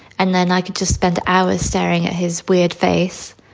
and then i could just spend hours staring at his weird face.